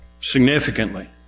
significantly